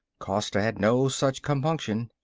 costa had no such compunction.